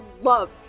love